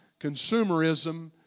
consumerism